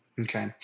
Okay